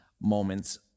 moments